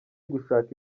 gushaka